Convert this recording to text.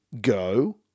go